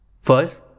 First